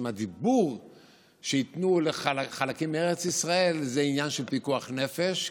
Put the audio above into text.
הדיבור שייתנו חלקים מארץ ישראל זה עניין של פיקוח נפש,